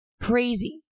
crazy